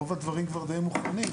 רוב הדברים כבר די מוכנים.